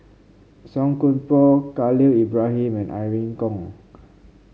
Song Koon Poh Khalil Ibrahim and Irene Khong